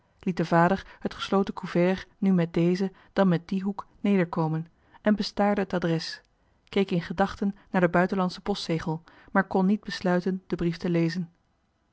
liet de vader het gesloten couvert nu met dezen dan met dien hoek nederkomen en bestaarde het adres keek in gedachten naar den johan de meester de zonde in het deftige dorp buitenlandschen postzegel maar kon niet besluiten den brief te lezen